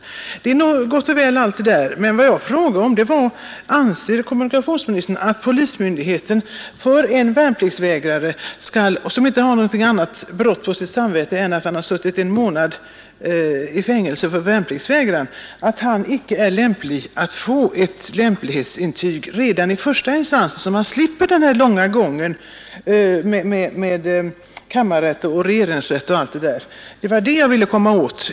Allt det är nog gott och väl, men det jag frågade var: Anser kommunikationsministern att polismyndigheten kan hävda att en vapenvägrare, som inte har något annat brott på sitt samvete än vapenvägran för vilken han suttit en månad i fängelse, inte är lämplig att få ett lämplighetsintyg redan i första instans, så att man slipper den långa omvägen över kammarrätt och regeringsrätt? — Det var det jag ville komma åt.